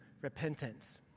repentance